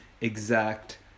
exact